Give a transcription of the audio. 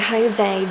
Jose